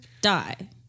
die